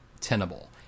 tenable